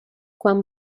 quan